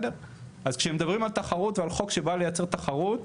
אז כשמדברים על תחרות ועל חוק שבא לייצר תחרות,